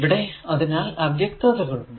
ഇവിടെ അതിനാൽ അവ്യക്തതകൾ ഉണ്ട്